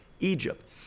Egypt